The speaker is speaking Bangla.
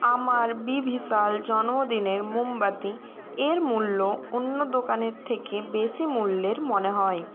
আমার বি ভিশাল জন্মদিনের মোমবাতি এর মূল্য অন্য দোকানের থেকে বেশি মূল্যের মনে হয়